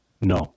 No